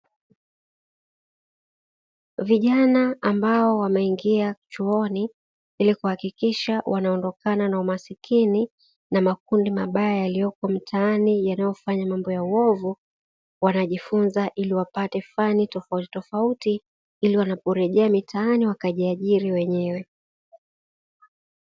Vijana ambao wameingia chuoni ili kuhakikisha wanaondokana na umasikini na makundi mabaya ya mtaani yanayofanya mambo ya uovu, wanajifunza ili wapate fani tofauti ili wanaporejea mitaani wakajiajiri wenyewe.